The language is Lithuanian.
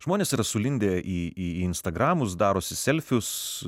žmonės yra sulindę į į instagramus darosi selfius